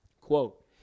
Quote